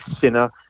Sinner